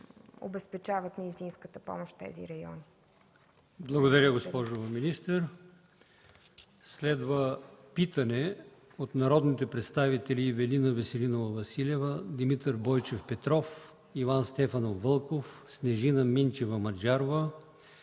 обезпечават медицинската помощ в тези райони. ПРЕДСЕДАТЕЛ АЛИОСМАН ИМАМОВ: Благодаря, госпожо министър. Следва питане от народните представители Ивелина Веселинова Василева, Димитър Бойчев Петров, Иван Стефанов Вълков, Снежина Минчева Маджарова,